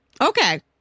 Okay